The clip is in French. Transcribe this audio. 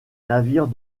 navires